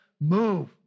move